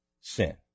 sin